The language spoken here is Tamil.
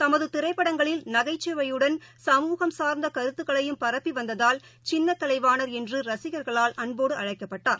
தமதுதிரைப்படங்களில் நகைச்சுவையுடன் சமூகம் சார்ந்தகருத்துக்களையும் பரப்பிவந்ததால் சின்னக் கலைவாணர் என்றுரசிகர்களால் அன்போடுஅழைக்கப்பட்டார்